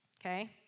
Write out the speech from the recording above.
okay